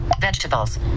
Vegetables